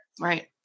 Right